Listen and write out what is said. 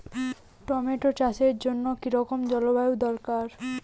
Tomato চাষের জন্য কি রকম জলবায়ু দরকার?